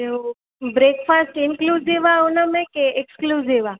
ॿियो breakfast inclusive आहे हुनमें की एक्सक्लूसिव आहे